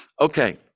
Okay